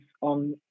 on